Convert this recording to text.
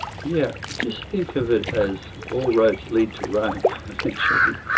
yeah just think of it as all roads lead to rome eventually.